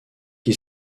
qui